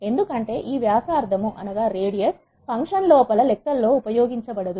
ఎందుకంటే ఈ వ్యాసార్థం ఫంక్షన్ లోపల లెక్కల్లో ఉపయోగించబడదు